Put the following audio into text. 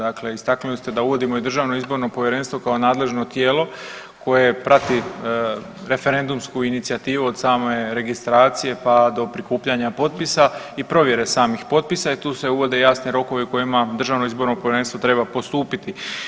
Dakle, istaknuli ste da uvodimo i Državno izborno povjerenstvo kao nadležno tijelo koje prati referendumsku inicijativu od same registracije pa do prikupljanja potpisa i provjere samih potpisa i tu se uvode jasni rokovi u kojima Državno izborno povjerenstvo treba postupiti.